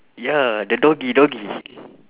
ya the doggy doggy